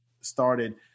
started